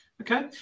Okay